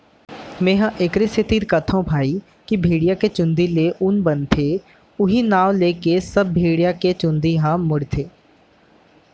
मेंहा एखरे सेती कथौं भई की भेड़िया के चुंदी ले ऊन बनथे उहीं नांव लेके सब भेड़िया के चुंदी ल मुड़थे